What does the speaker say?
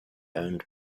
owned